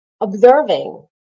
observing